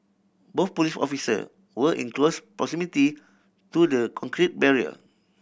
both police officer were in close proximity to the concrete barrier